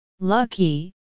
Lucky